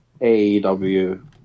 AEW